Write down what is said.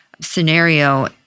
scenario